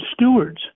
stewards